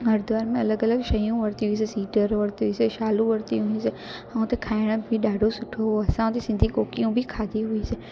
हरिद्वार में अलॻि अलॻि शयूं वरितियूं हुयूंसीं सीटर वरितियूं हुयूंसीं शालूं वरितियूं हुयूंसीं ऐं हुते खाइण बि ॾाढो सुठो हुओ असां उते सिंधी कोकियूं बि खाधी हुईसीं